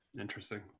interesting